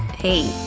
hey,